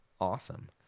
awesome